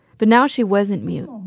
but now she wasn't mute.